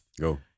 Go